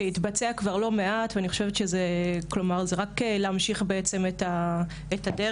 כי התבצע כבר לא מעט, וזה רק להמשיך בעצם את הדרך.